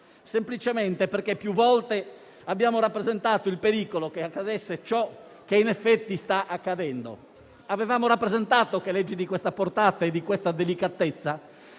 semplicemente perché più volte abbiamo rappresentato il pericolo che accadesse ciò che in effetti sta accadendo. Avevamo rappresentato che leggi di questa portata e di questa delicatezza,